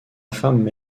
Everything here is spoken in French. femme